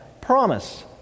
promise